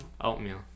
Oatmeal